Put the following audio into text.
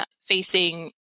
facing